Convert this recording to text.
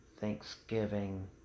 Thanksgiving